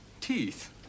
Teeth